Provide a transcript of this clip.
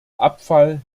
abfall